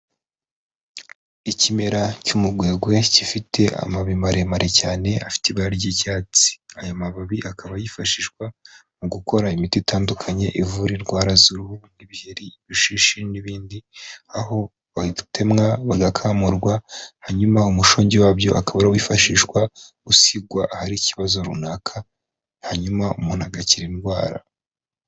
Ikimera cy'umugwegwe gifite amababi maremare cyane afite ibara ry'icyatsi, aya mababi akaba yifashishwa mu gukora imiti itandukanye ivura indwara z'uruhu nk'ibiheri, ibishishi n'ibindi, aho bitemwa bigakamurwa hanyuma umushongi wabyo ukaba wifashishwa usigwa ahari ikibazo runaka, hanyuma umuntu agakira indwara.